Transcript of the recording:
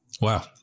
Wow